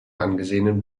angesehenen